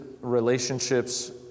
relationships